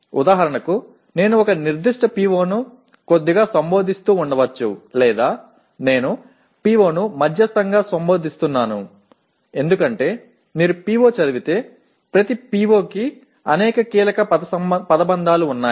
ఉదాహరణకు నేను ఒక నిర్దిష్ట PO ని కొద్దిగా సంబోధిస్తూ ఉండవచ్చు లేదా నేను PO ని మధ్యస్తంగా సంబోధిస్తున్నాను ఎందుకంటే మీరు PO చదివితే ప్రతి PO కి అనేక కీలక పదబంధాలు ఉన్నాయి